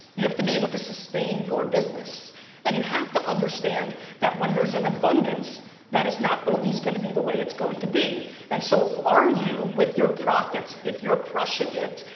you have to be able to sustain your business and you have to understand that when there's an abundance that is not always gonna be the way it's going to be and so are you with your profits if you're crushing it,